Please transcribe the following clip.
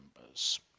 members